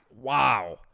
wow